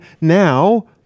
now